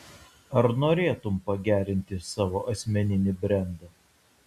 ar norėtum pagerinti savo asmeninį brendą